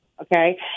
okay